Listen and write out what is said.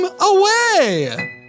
away